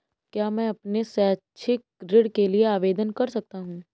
क्या मैं अपने शैक्षिक ऋण के लिए आवेदन कर सकता हूँ?